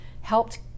helped